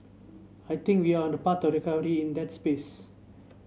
I think we're on a path to recovery in that's space